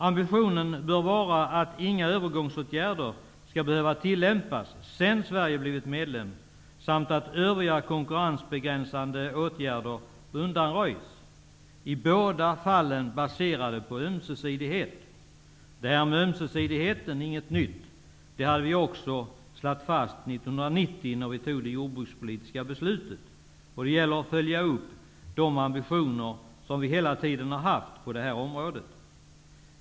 Ambitionen bör vara att inga övergångsåtgärder skall behöva tillämpas efter det att Sverige har blivit medlem samt att övriga konkurrensbegränsande åtgärder undanröjs. I båda fallen skall detta vara baserat på ömsesidighet. Ömsesidigheten är inget nytt. Det slog vi fast 1990 när vi fattade det jordbrukspolitiska beslutet. Det gäller att följa upp de ambitioner som vi hela tiden har haft på det här området.